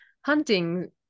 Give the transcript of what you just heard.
hunting